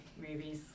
movies